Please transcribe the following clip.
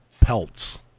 pelts